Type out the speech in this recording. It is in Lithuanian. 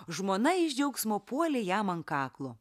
žmona iš džiaugsmo puolė jam ant kaklo